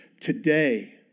today